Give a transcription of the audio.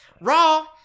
Raw